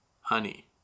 honey